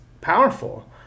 powerful